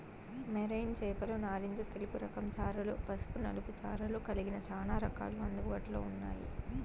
marine చేపలు నారింజ తెలుపు రకం చారలు, పసుపు నలుపు చారలు కలిగిన చానా రకాలు అందుబాటులో ఉన్నాయి